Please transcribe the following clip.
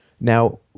Now